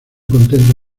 contento